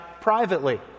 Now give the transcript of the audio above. privately